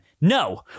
No